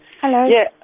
Hello